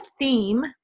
theme